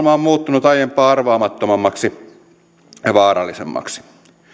on muuttunut aiempaa arvaamattomammaksi ja vaarallisemmaksi